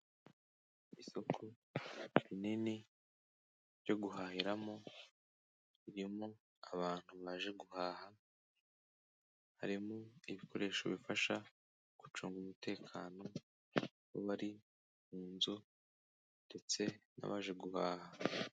Isoko rinini ryo guhahiramo ririmo abantu baje guhaha, harimo ibikoresho bifasha mu gucunga umutekano w'abari mu nzu ndetse n'abaje guhaha.